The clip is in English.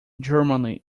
germany